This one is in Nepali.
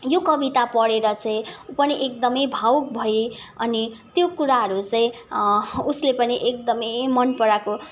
यो कविता पढेर चाहिँ ऊ पनि एकदमै भावुक भए अनि त्यो कुराहरू चाहिँ उसले पनि एकदमै मनपराएको थियो